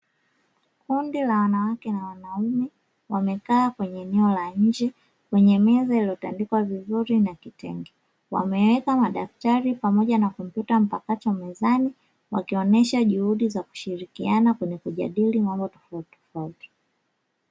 Kundi la wanawake na wanaume wamekaa kwenye eneo la nje, kwenye meza iliyotandikwa vizuri na kitenge. Wameweka madaftari pamoja na kompyuta mpakato mezani, wakionesha juhudi za kushirikiana kwenye kujadili mambo tofautitofauti.